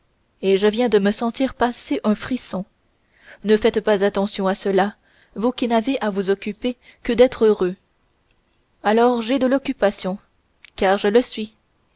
et je viens de me sentir passer un frisson ne faites pas attention à cela vous qui n'avez à vous occuper que d'être heureux alors j'ai de l'occupation car je le suis